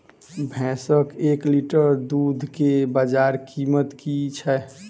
भैंसक एक लीटर दुध केँ बजार कीमत की छै?